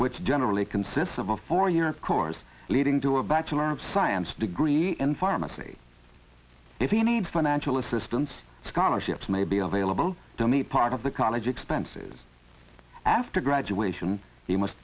which generally consists of a four year course leading to a bachelor of science degree in pharmacy if you need financial assistance scholarships may be available don't need part of the college expenses after graduation you must